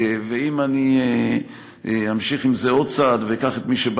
ואם אני אמשיך עם זה עוד צעד ואקח את מי שבא